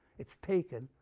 it's taken,